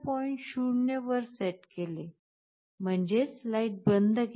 0 वर सेट केले म्हणजेच लाईट बंद केला आहे